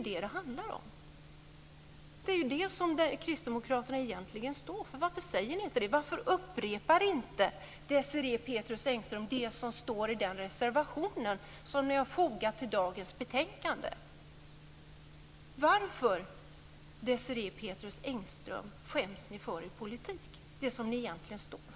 Det är detta som kristdemokraterna egentligen står för. Varför säger ni inte det? Varför upprepar inte Desirée Pethrus Engström det som står i den reservation som ni har fogat vid dagens betänkande? Varför, Desirée Pethrus Engström, skäms ni för er politik, det som ni egentligen står för?